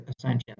Ascension